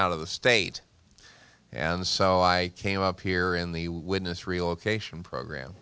out of the state and so i came up here in the witness relocation program